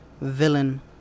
villain